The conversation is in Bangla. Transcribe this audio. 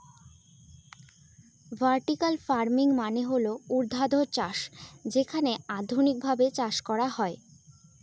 ভার্টিকাল ফার্মিং মানে হল ঊর্ধ্বাধ চাষ যেখানে আধুনিকভাবে চাষ করা হয়